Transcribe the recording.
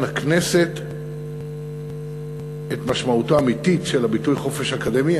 הכנסת את משמעותו האמיתית של הביטוי חופש אקדמי.